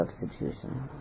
substitution